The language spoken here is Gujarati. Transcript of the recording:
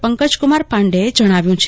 પંકજકુમાર પાંડે જણાવ્યું છે